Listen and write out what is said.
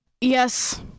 Yes